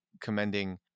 commending